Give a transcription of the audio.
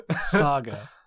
Saga